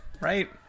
right